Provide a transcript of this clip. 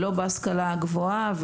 בהשכלה הגבוהה,